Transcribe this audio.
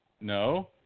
No